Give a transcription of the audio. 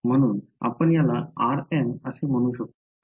म्हणून आपण याला rm असे म्हणू शकतो